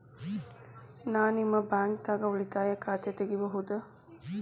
ನಾ ನಿಮ್ಮ ಬ್ಯಾಂಕ್ ದಾಗ ಉಳಿತಾಯ ಖಾತೆ ತೆಗಿಬಹುದ?